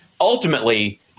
ultimately